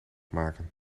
maken